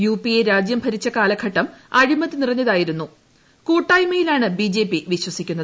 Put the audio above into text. U P A രാജ്യം ഭരിച്ച കാലഘട്ടം അഴിമതി നിറഞ്ഞതായിരുന്നു കൂട്ടായ്മയിലാണ് ബി ജെ പി വിശ്വസിക്കുന്നത്